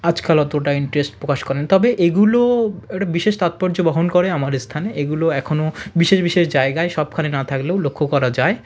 আজকাল অতটা ইন্টারেস্ট প্রকাশ করেন তবে এগুলো এটা বিশেষ তাৎপর্য বহন করে আমার স্থানে এগুলো এখনও বিশেষ বিশেষ জায়গায় সবখানে না থাকলেও লক্ষ্য করা যায়